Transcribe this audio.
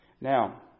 Now